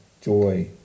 joy